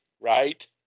right